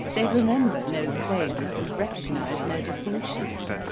they remember no claims and recognise no distinctions.